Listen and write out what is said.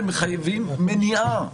הם מחייבים מניעה.